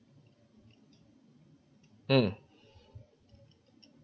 mm